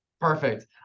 Perfect